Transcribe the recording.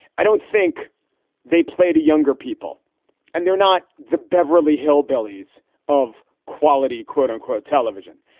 i don't think they played a younger people and they're not the beverly hillbillies of quality, quote unquote television.